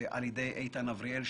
על ידי איתן אבריאל,